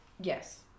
Yes